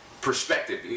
perspective